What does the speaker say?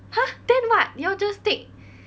!huh! then what you all just take